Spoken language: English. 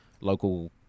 local